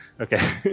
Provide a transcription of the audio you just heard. Okay